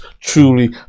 truly